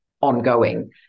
ongoing